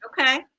Okay